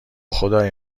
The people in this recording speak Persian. خدای